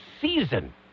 season